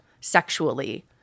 sexually